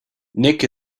nick